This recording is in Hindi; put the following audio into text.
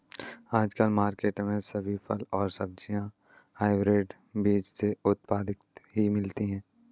आजकल मार्केट में सभी फल और सब्जी हायब्रिड बीज से उत्पादित ही मिलती है